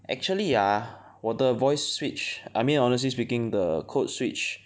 actually ah 我的 voice switch I mean honestly speaking the code switch